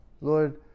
Lord